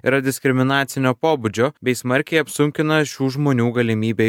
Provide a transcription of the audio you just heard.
yra diskriminacinio pobūdžio bei smarkiai apsunkina šių žmonių galimybę